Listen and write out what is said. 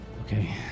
Okay